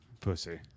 Pussy